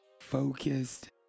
focused